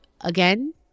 Again